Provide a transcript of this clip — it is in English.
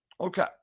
Okay